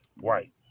white